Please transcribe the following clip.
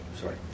sorry